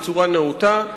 בצורה נאותה,